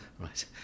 Right